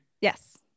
Yes